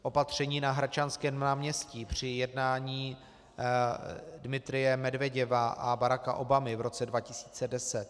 Opatření na Hradčanském náměstí při jednání Dmitrije Medveděva a Baracka Obamy v roce 2010.